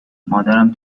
مادرم